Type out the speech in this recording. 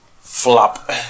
Flop